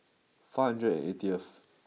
five hundred and eightyth